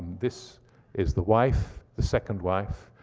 this is the wife, the second wife.